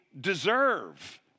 deserve